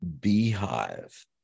beehive